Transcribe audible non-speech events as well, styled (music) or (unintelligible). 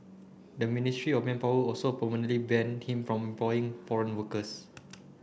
the Ministry of Manpower also (unintelligible) ban him from employing foreign workers